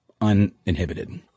uninhibited